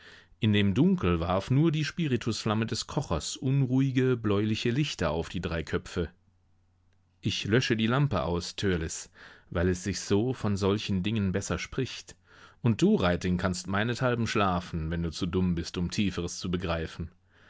in dem dunkel warf nur die spiritusflamme des kochers unruhige bläuliche lichter auf die drei köpfe ich löschte die lampe aus törleß weil es sich so von solchen dingen besser spricht und du reiting kannst meinethalben schlafen wenn du zu dumm bist um tieferes zu begreifen